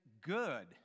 good